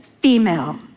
female